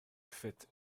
faites